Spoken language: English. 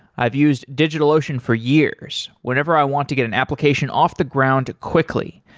i've used digitalocean for years whenever i want to get an application off the ground quickly,